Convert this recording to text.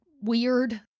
weird